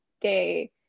day